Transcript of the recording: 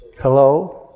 Hello